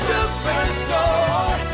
Superstore